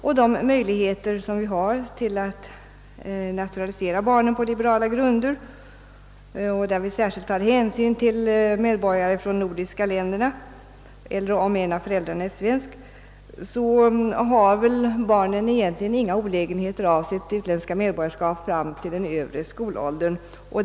Med de möjligheter vi har att på liberala grunder naturalisera barnen, där vi särskilt tar hänsyn till medborgare från de nordiska länderna eller om en av föräldrarna är svensk, har väl barnen egentligen inga olägenheter att sitt utländska medborgarskap fram till den övre skolåldern.